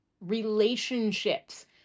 relationships